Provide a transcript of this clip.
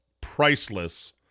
priceless